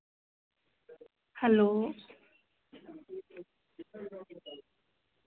hello